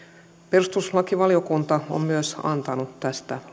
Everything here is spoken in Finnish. perustuslakivaliokunta on myös antanut tästä